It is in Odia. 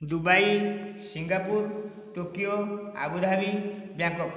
Dubai Singapore Tokyo Abu Dhabi Bangkok